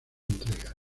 entregas